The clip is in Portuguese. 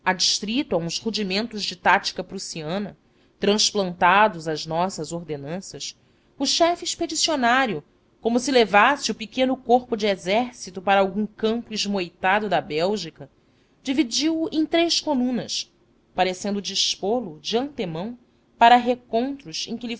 de tática prussiana transplantados às nossas ordenanças o chefe expedicionário como se levasse o pequeno corpo de exército para algum campo esmoitado da bélgica dividiu o em três colunas parecendo dispô lo de antemão para recontros